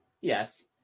yes